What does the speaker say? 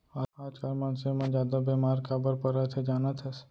आजकाल मनसे मन जादा बेमार काबर परत हें जानत हस?